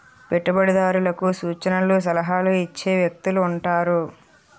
పెట్టుబడిదారులకు సూచనలు సలహాలు ఇచ్చే వ్యక్తులు ఉంటారు